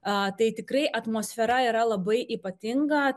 atai tikrai atmosfera yra labai ypatinga